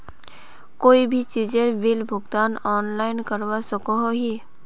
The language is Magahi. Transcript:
कोई भी चीजेर बिल भुगतान ऑनलाइन करवा सकोहो ही?